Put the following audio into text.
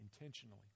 intentionally